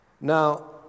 Now